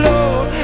Lord